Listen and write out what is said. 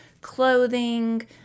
clothing